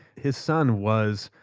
his son was,